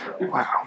Wow